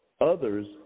others